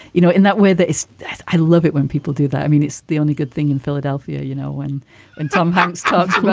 you know, in that weather. i love it when people do that i mean, it's the only good thing in philadelphia, you know, when and tom hanks talks,